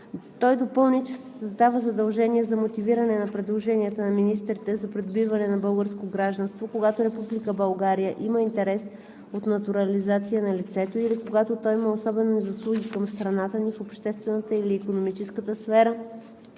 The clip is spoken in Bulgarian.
Той допълни, че се създава задължение за мотивиране на предложенията на министрите за придобиване на българско гражданство, когато Република България има интерес от натурализация на лицето или когато то има особени заслуги към страната ни в обществената или икономическата сфера,